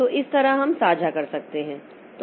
तो इस तरह हम साझा कर सकते हैं